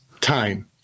time